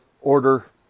order